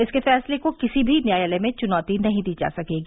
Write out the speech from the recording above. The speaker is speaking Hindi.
इसके फैसले को किसी भी न्यायालय में चुनौती नहीं दी जा सकेगी